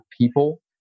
people